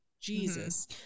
Jesus